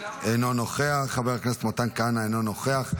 אינו נוכח,